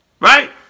Right